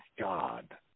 God